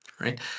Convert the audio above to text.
Right